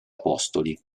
apostoli